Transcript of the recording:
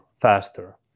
faster